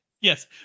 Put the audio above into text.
Yes